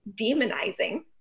demonizing